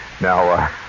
Now